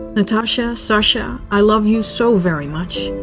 natasha, sasha, i love you so very much.